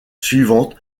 suivante